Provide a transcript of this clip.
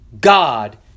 god